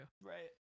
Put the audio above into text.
right